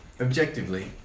objectively